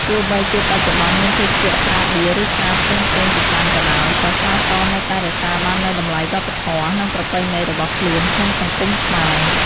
ទោះបីជាបច្ចុប្បន្នមានភេសជ្ជៈស្រាបៀរ ឬស្រាផ្សេងៗជាច្រើនក៏ដោយ ក៏ស្រាសនៅតែរក្សាបាននូវតម្លៃវប្បធម៌ និងប្រពៃណីរបស់ខ្លួនក្នុងសង្គមខ្មែរ។